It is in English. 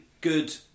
good